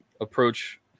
approach